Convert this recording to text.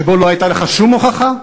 שבו לא הייתה לך שום הוכחה?